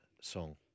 song